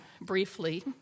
briefly